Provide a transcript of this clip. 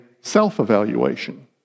self-evaluation